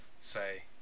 say